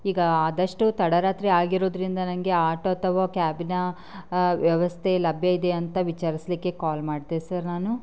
ಈಗ ಆದಷ್ಟು ತಡ ರಾತ್ರಿ ಆಗಿರೋದ್ರಿಂದ್ರ ನನಗೆ ಆಟೋ ಅಥವಾ ಕ್ಯಾಬಿನ ವ್ಯವಸ್ಥೆ ಲಭ್ಯ ಇದೆಯಾ ಅಂತ ವಿಚಾರಿಸ್ಲಿಕ್ಕೆ ಕಾಲ್ ಮಾಡಿದೆ ಸರ್ ನಾನು